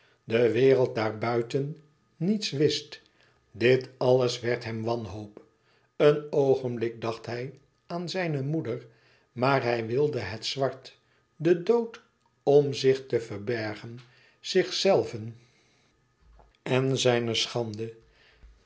de wereld daarbuiten niets wist dit alles werd hem wanhoop een oogenblik dacht hij aan zijne moeder maar hij wilde het zwart den dood om zich te verbergen zichzelven en zijne schande